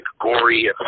gory